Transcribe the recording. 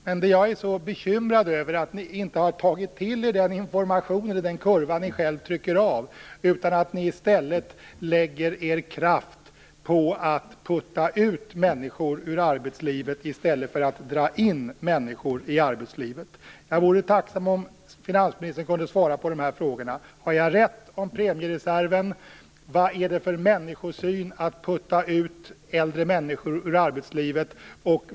Men vad jag är så bekymrad över är att ni inte har tagit till er den information och den kurva som ni själva kopierar utan lägger er kraft på att putta ut människor från arbetslivet i stället för att dra in människor i arbetslivet. Jag vore tacksam om finansministern kunde svara på dessa frågor: Har jag rätt i fråga om premiereserven? Vad är det för människosyn att putta ut äldre människor från arbetslivet?